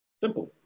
Simple